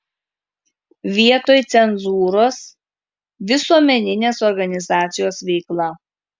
vietoj cenzūros visuomeninės organizacijos veikla